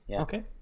okay